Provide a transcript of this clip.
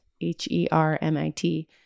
H-E-R-M-I-T